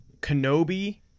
kenobi